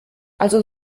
also